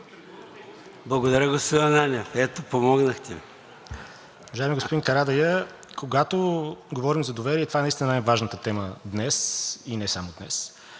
Благодаря, господин Ананиев, ето помогнахте